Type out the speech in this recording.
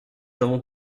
avons